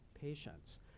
patients